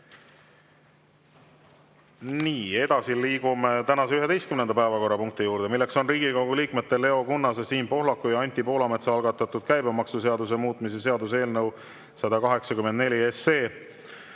Nii, liigume tänase 11. päevakorrapunkti juurde, Riigikogu liikmete Leo Kunnase, Siim Pohlaku ja Anti Poolametsa algatatud käibemaksuseaduse muutmise seaduse eelnõu 184.